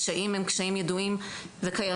הקשיים הם קשיים יודעים וקיימים,